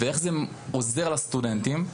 ואיך זה עוזר לסטודנטים?